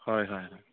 হয় হয় হয়